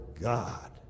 God